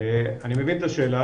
אני מבין את השאלה,